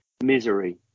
misery